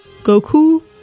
Goku